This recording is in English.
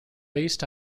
based